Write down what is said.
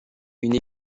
une